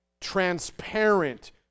transparent